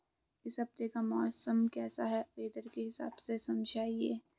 इस हफ्ते का मौसम कैसा है वेदर के हिसाब से समझाइए?